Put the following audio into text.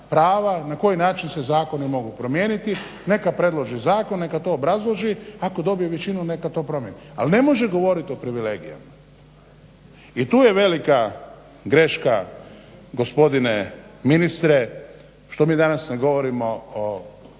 na koji način se zakoni mogu primijeniti, neka predlaži zakone, neka to obrazloži, ako dobije većinu neka to promjeni. Ali ne može govoriti o privilegijama i tu je velika greška gospodine ministre što mi danas ne govorimo o